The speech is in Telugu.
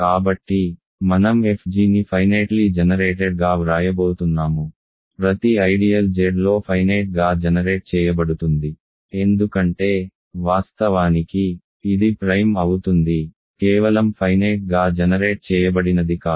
కాబట్టి మనం fg ని ఫైనేట్లీ జనరేటెడ్ గా వ్రాయబోతున్నాము ప్రతి ఐడియల్ Zలో ఫైనేట్ గా జనరేట్ చేయబడుతుంది ఎందుకంటే వాస్తవానికి ఇది ప్రైమ్ అవుతుంది కేవలం ఫైనేట్ గా జనరేట్ చేయబడినది కాదు